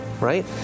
right